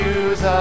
use